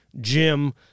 Jim